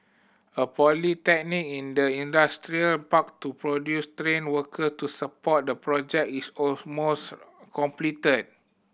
a polytechnic in the industrial park to produce trained worker to support the project is almost completed